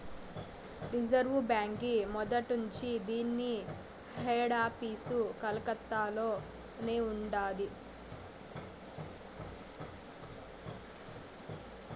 reserve బాంకీ మొదట్నుంచీ దీన్ని హెడాపీసు కలకత్తలోనే ఉండాది